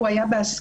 והוא היה בהסכמה.